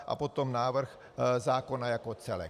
A potom návrh zákona jako celek.